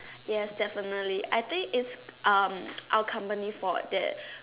yes definitely I think is um our company fault that